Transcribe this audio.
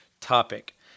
topic